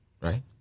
Right